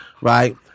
right